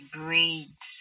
breeds